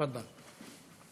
תפדל.